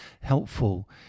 helpful